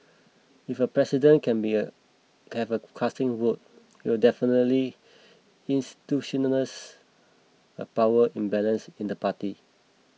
if a president can be a casting vote it'll definitely institutionalises a power imbalance in the party